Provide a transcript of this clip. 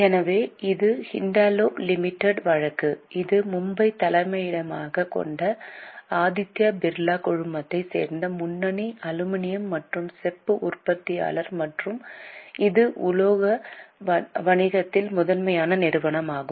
எனவே இது ஹிண்டல்கோ லிமிடெட் வழக்கு இது மும்பையை தலைமையிடமாகக் கொண்ட ஆதித்யா பிர்லா குழுமத்தைச் சேர்ந்த முன்னணி அலுமினியம் மற்றும் செப்பு உற்பத்தியாளர் மற்றும் இது உலோக வணிகத்தில் முதன்மை நிறுவனமாகும்